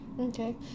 Okay